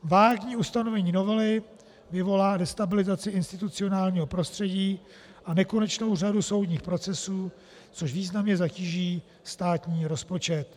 Vágní ustanovení novely vyvolá destabilizaci institucionálního prostředí a nekonečnou řadu soudních procesů, což významně zatíží státní rozpočet.